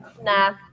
Nah